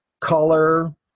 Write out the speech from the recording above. color